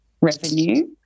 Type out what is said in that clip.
revenue